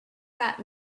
got